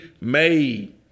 made